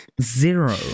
Zero